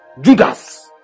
Judas